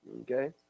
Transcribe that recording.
Okay